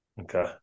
Okay